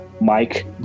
Mike